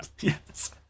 yes